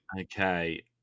Okay